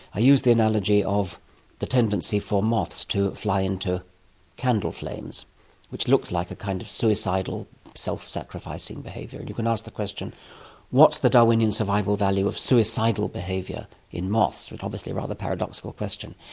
i use the analogy of the tendency for moths to fly into candle flames which looks like a kind of suicidal self-sacrificing behaviour, and you can ask the question what's the darwinian survival value of suicidal behaviour in moths? which is obviously a rather paradoxical question.